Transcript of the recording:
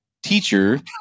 teacher